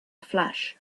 flash